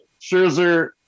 Scherzer